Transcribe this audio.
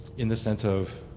in the sense of?